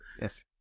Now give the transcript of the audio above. yes